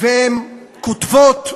והן כותבות,